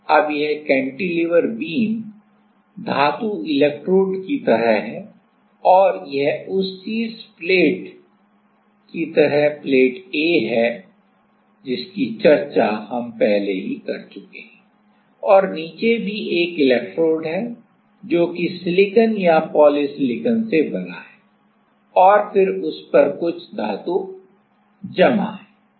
अब यह cantilever beam धातु इलेक्ट्रोड की तरह है और यह उस शीर्ष प्लेट की तरह प्लेट A है जिसकी हमने जिसकी चर्चा हम पहले कर चुके हैं और नीचे भी एक इलेक्ट्रोड है जो कि सिलिकॉन या पॉलीसिलिकॉन से बना है और फिर उस पर कुछ धातु जमा होती है